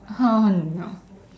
oh no